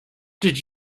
did